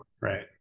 Right